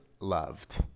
loved